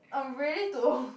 I'm ready to